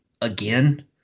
again